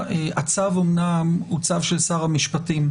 הצו אומנם הוא צו של שר המשפטים.